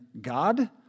God